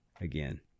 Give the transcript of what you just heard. again